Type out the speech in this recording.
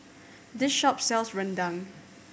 this shop sells rendang